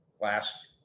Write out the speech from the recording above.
last